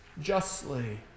justly